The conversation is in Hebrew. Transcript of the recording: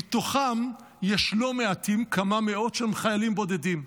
מתוכם יש לא מעטים, כמה מאות, שהם חיילים בודדים.